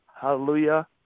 hallelujah